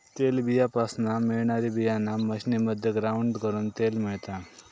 तेलबीयापासना मिळणारी बीयाणा मशीनमध्ये ग्राउंड करून तेल मिळता